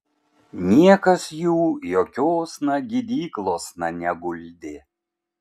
niekas jų jokiosna gydyklosna neguldė